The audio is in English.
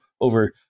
over